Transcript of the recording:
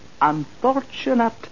unfortunate